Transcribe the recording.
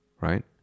right